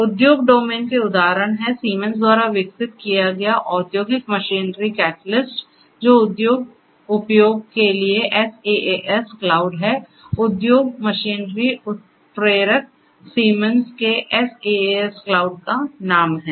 औद्योगिक डोमेन के उदाहरण हैं सीमेंस द्वारा विकसित किया गया औद्योगिक मशीनरी कैटलिस्ट जो औद्योगिक उपयोग के लिए SaaS क्लाउड है औद्योगिक मशीनरी उत्प्रेरक सीमेंस के SaaS क्लाउड का नाम है